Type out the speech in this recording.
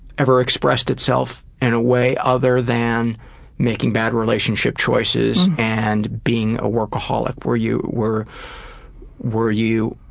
ever expressed itself in a way other than making bad relationship choices and being a workaholic were you, were were you,